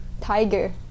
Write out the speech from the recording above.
tiger